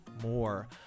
more